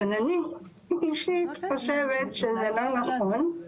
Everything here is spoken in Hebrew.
אבל אני אישית חושבת שזה לא נכון,